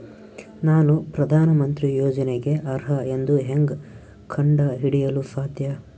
ನಾನು ಪ್ರಧಾನ ಮಂತ್ರಿ ಯೋಜನೆಗೆ ಅರ್ಹ ಎಂದು ಹೆಂಗ್ ಕಂಡ ಹಿಡಿಯಲು ಸಾಧ್ಯ?